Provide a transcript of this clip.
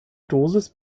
dosis